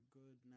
good